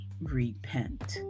repent